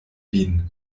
vin